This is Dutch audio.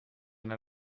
naar